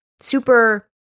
super